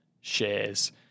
shares